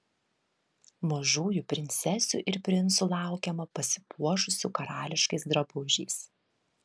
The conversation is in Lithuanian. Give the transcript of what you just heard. mažųjų princesių ir princų laukiame pasipuošusių karališkais drabužiais